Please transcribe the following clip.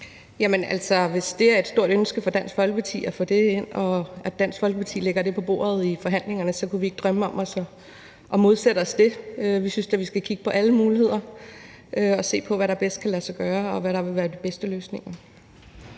hvis det er et stort ønske for Dansk Folkeparti at få det ind og Dansk Folkeparti lægger det på bordet i forhandlingerne, kunne vi ikke drømme om at modsætte os det. Vi synes da, at vi skal kigge på alle muligheder og se på, hvad der bedst kan lade sig gøre, og hvad der vil være de bedste løsninger.